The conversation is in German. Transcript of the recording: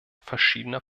verschiedener